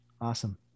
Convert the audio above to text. Awesome